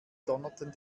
donnerten